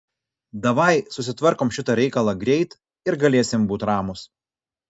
davai susitvarkom šitą reikalą greit ir galėsim būt ramūs